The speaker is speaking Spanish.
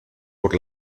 por